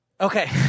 Okay